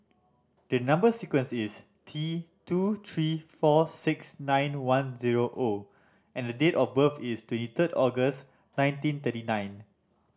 the number sequence is T two three four six nine one zero O and the date of birth is twenty third August nineteen thirty nine